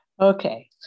Okay